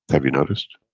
have you noticed?